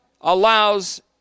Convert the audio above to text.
allows